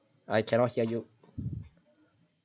I cannot hear you